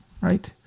right